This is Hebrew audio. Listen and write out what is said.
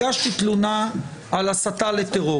הגשתי תלונה על הסתה לטרור.